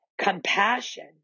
Compassion